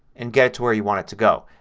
and get to where you want it to go.